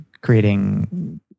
creating